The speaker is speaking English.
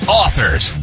authors